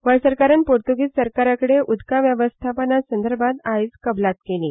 गोंय सरकारान पूर्तुगेज सरकारा कडेन उदका वेवस्थापना संदर्भांत आयज कबलात केली